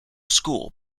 school